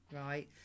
right